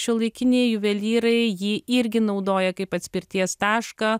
šiuolaikiniai juvelyrai jį irgi naudoja kaip atspirties tašką